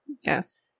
Yes